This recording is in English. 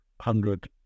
hundred